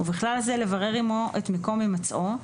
ובכלל זה לברר עימו את מקום הימצאו,